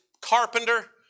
carpenter